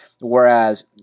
Whereas